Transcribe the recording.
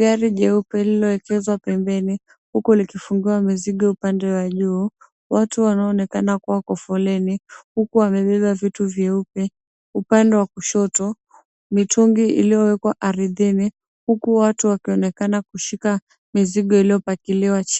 gari jeupe lililoekezwa pembeni huku likifungiwa mizigo upande wa juu. watu waoonekana kuwa kwa foleni, huku wamebeba vitu vyeupe. Upande wa kushoto mitungi iliowekwa ardhini huku watu wakionekana kushika mizigo iliopakiliwa chini.